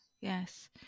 yes